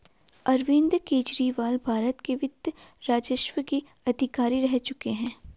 अरविंद केजरीवाल भारत के वित्त राजस्व के अधिकारी रह चुके हैं